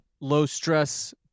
low-stress